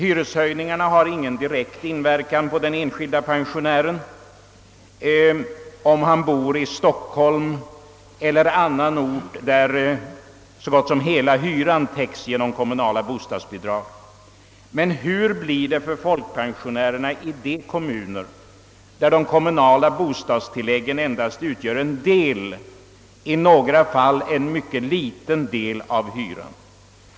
Hyreshöjningarna har ingen direkt inverkan på den enskilde pensionären, om han bor i Stockholm eller på annan ort där så gott som hela hyran täcks genom kommunala bostadsbidrag. Men hur blir förhållandet för pensionärerna i de kommuner där de kommunala bostadstilläggen endast utgör en del — i några fall en mycket liten del — av hyran?